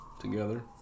together